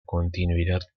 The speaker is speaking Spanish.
continuidad